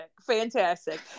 fantastic